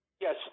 Yes